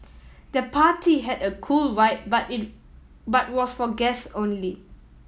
the party had a cool vibe but it but was for guests only